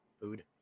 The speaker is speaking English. food